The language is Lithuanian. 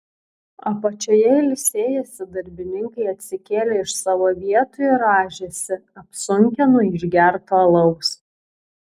apačioje ilsėjęsi darbininkai atsikėlė iš savo vietų ir rąžėsi apsunkę nuo išgerto alaus